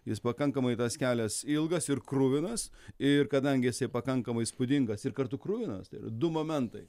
jis pakankamai tas kelias ilgas ir kruvinas ir kadangi jisai pakankamai įspūdingas ir kartu kruvinas tai yra du momentai